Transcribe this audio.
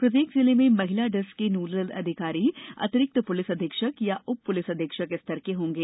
प्रत्येक जिले में महिला डेस्क के नोडल अधिकारी अतिरिक्त पुलिस अधीक्षक या उप पुलिस अधीक्षक स्तर के होंगे